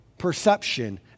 perception